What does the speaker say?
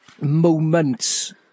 moments